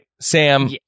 Sam